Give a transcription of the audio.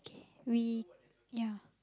we yeah